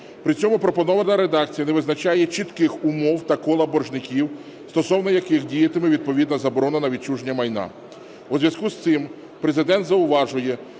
При цьому пропонована редакція не визначає чітких умов та кола боржників, стосовно яких діятиме відповідна заборона на відчуження майна. У зв'язку з цим Президент зауважує,